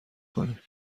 کنیم